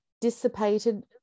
dissipated